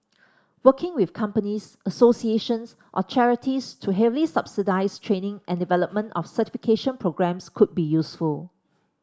working with companies associations or charities to heavily subsidise training and development of certification programmes could be useful